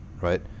right